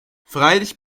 freilich